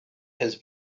has